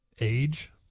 age